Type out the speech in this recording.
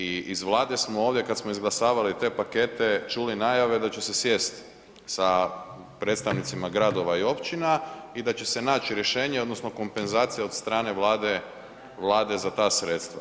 I iz Vlade smo ovdje kada smo izglasavali te pakete čuli najave da će se sjest sa predstavnicima gradova i općina i da će se naći rješenje odnosno kompenzacija od strane Vlade za ta sredstva.